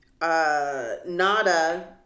Nada